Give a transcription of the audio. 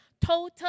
total